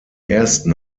ersten